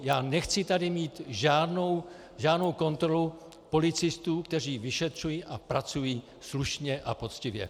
Já nechci tady mít žádnou kontrolu policistů, kteří vyšetřují a pracují slušně a poctivě.